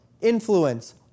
influence